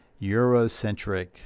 Eurocentric